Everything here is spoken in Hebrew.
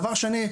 דבר שני,